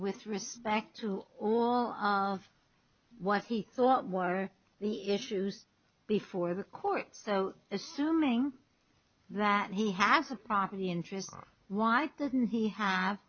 with respect to all of what he thought were the issues before the court so assuming that he has a properly interest why didn't he have